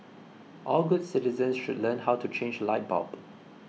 all good citizens should learn how to change light bulb